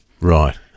Right